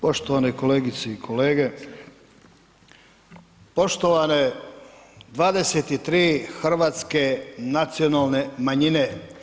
Poštovane kolegice i kolege, poštovane 23 hrvatske nacionalne manjine.